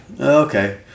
Okay